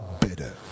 better